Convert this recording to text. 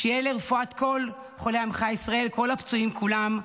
שיהיה לרפואת כל חולי עמך ישראל, כל הפצועים כולם.